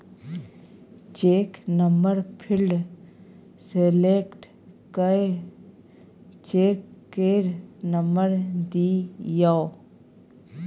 cheque number field select कए check केर number दियौ